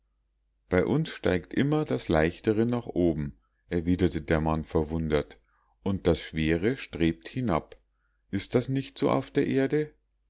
bei uns steigt immer das leichtere nach oben erwiderte der mann verwundert und das schwere strebt hinab ist das nicht so auf der erde